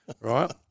right